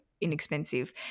inexpensive